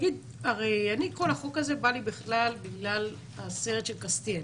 כל החוק הזה בא לי בכלל בגלל הסרט של קסטיאל,